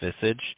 Visage